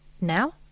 now